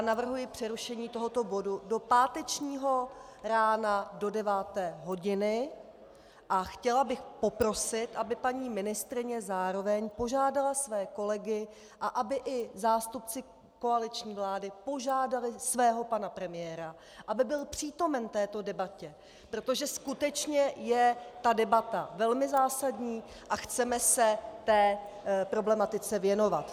Navrhuji přerušení tohoto bodu do pátečního rána do 9. hodiny a chtěla bych poprosit, aby paní ministryně zároveň požádala své kolegy a aby i zástupci koaliční vlády požádali svého pana premiéra, aby byl přítomen této debatě, protože skutečně je ta debata velmi zásadní a chceme se té problematice věnovat.